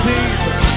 Jesus